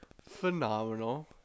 phenomenal